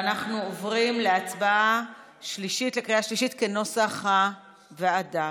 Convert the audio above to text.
אנחנו עוברים להצבעה בקריאה שלישית, כנוסח הוועדה.